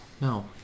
No